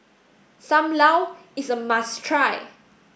Sam Lau is a must try